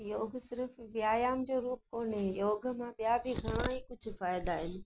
योग सिर्फ़ु व्यायाम जे रूप कोने योग मां ॿिया बि घणेई कुझु फ़ाइदा आहिनि